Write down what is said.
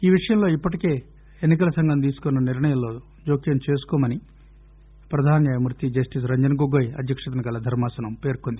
ఈ విషయంలో ఇప్పటికే ఎన్ని కల సంఘం తీసుకున్న నిర్ణయంలో జోక్యం చేసుకోమని ప్రధనా న్యాయమూర్తి జస్లిస్ రంజన్ గొగోయ్ అధ్యక్షతన గల ధర్శా సనం పేర్కొంది